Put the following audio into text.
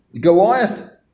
Goliath